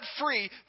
free